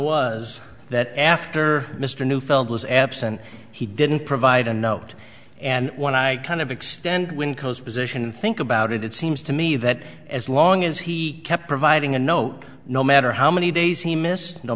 was that after mr neufeld was absent he didn't provide a note and when i kind of extend when coast position think about it it seems to me that as long as he kept providing a note no matter how many days he missed no